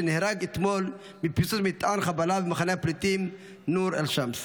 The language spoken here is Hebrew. שנהרג אתמול מפיצוץ מטען חבלה במחנה הפליטים נור א-שמס.